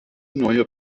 neue